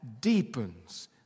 deepens